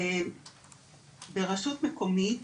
ברשות מקומית,